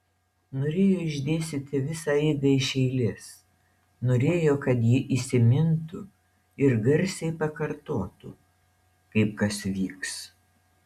norėjo išdėstyti visą eigą iš eilės norėjo kad ji įsimintų ir garsiai pakartotų kaip kas vyks